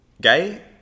gay